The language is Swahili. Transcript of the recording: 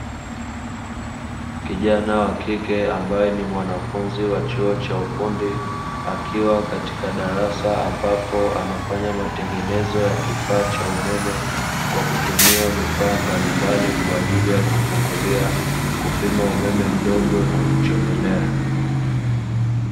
kijana wa kike ambaye ni mwanafunzi wa chuo cha ufundi akiwa katika darasa ambapo anafanya matengenezo ya kifaa cha umeme, kwa kutumia vifaa mbalimbali kwa ajili ya kufungulia kupima umeme mdogo na kuchomelea.